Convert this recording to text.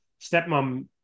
stepmom